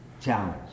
challenge